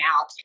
out